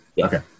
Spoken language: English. Okay